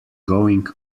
going